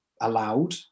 allowed